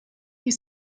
you